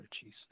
Jesus